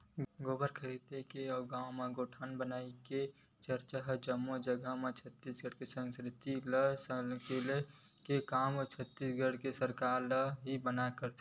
गोबर खरीदे के अउ गाँव म गौठान बनई के चरचा जम्मो जगा म हे छत्तीसगढ़ी संस्कृति ल सकेले के काम छत्तीसगढ़ सरकार ह बने करत हे